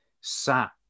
sat